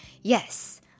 Yes